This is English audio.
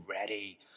ready